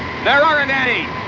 there aren't any.